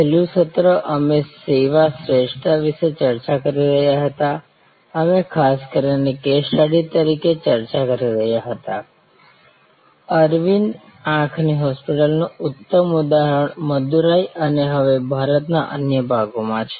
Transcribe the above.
છેલ્લું સત્ર અમે સેવા શ્રેસ્થતા વિશે ચર્ચા કરી રહ્યા હતા અમે ખાસ કરીને કેસ સ્ટડી તરીકે ચર્ચા કરી રહ્યા હતા અરવિંદ આંખની હોસ્પિટલનું ઉત્તમ ઉદાહરણ મદુરાઈ અને હવે ભારતના અન્ય ભાગોમાં છે